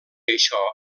això